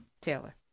Taylor